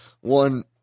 One